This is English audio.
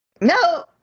No